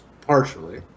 partially